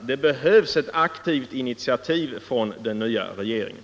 Det behövs ett aktivt initiativ från den nya regeringen.